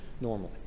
normally